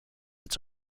its